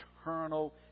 eternal